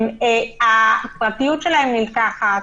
הפרטיות שלהם נלקחת.